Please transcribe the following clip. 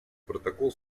протокол